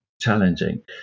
challenging